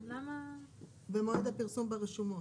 במועד הפרסום ברשומות.